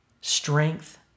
strength